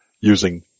Using